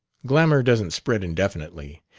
glamour doesn't spread indefinitely.